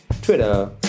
Twitter